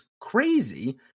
crazy